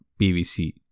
PVC